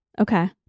Okay